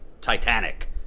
titanic